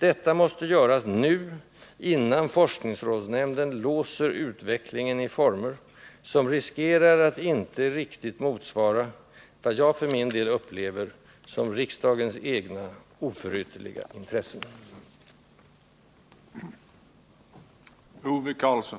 Detta måste göras nu, innan forskningsrådsnämnden låser utvecklingen i former som måhända inte riktigt motsvarar vad jag för min del upplever som riksdagens egna oförytterliga intressen.